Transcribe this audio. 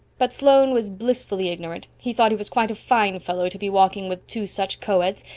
but sloane was blissfully ignorant he thought he was quite a fine fellow to be walking with two such coeds,